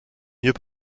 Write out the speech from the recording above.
mieux